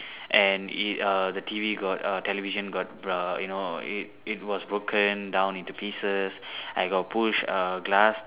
and it err the T_V got err television got err you know it it was broken down into pieces I got pushed err glass